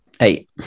Eight